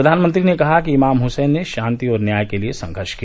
प्रधानमंत्री ने कहा कि इमाम हुसैन ने शांति और न्याय के लिए संघर्ष किया